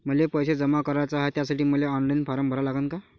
मले पैसे जमा कराच हाय, त्यासाठी मले ऑनलाईन फारम भरा लागन का?